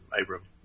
Abram